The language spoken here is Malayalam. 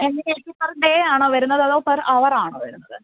എങ്ങനെയാരിക്കും പെര് ഡേയാണോ വരുന്നത് അതോ പെര് അവറാണോ വരുന്നത്